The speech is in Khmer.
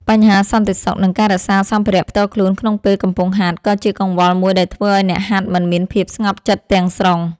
បញ្ហាសន្តិសុខ និងការរក្សាសម្ភារៈផ្ទាល់ខ្លួនក្នុងពេលកំពុងហាត់ ក៏ជាកង្វល់មួយដែលធ្វើឱ្យអ្នកហាត់មិនមានភាពស្ងប់ចិត្តទាំងស្រុង។